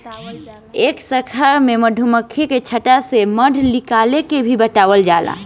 ए शाखा में मधुमक्खी के छता से मध निकाले के भी बतावल जाला